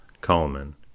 Coleman